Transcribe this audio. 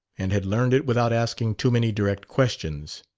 and had learned it without asking too many direct questions.